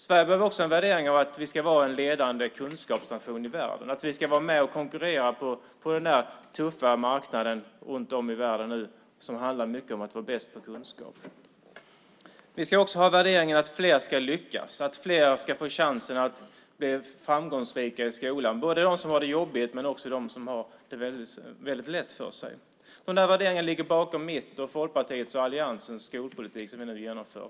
Sverige behöver också värderingen att vi ska vara en ledande kunskapsnation i världen. Vi ska vara med och konkurrera på de tuffa marknaderna runt om i världen där det mycket handlar om att vara bäst på kunskaper. Vi ska också ha värderingen att fler ska lyckas och fler ska få chansen att bli framgångsrika i skolan. Det gäller både dem som har det jobbigt och dem som har det väldigt lätt för sig. De värderingarna ligger bakom min, Folkpartiets och alliansens skolpolitik som vi nu genomför.